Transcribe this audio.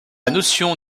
notion